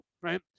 right